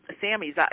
Sammy's